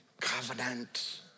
covenant